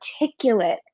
articulate